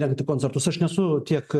rengti koncertus aš nesu tiek